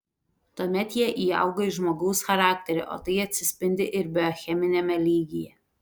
tuomet jie įauga į žmogaus charakterį o tai atsispindi ir biocheminiame lygyje